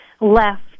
left